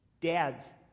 Dads